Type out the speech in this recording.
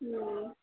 ಹೂಂ